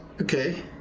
Okay